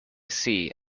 see